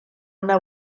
una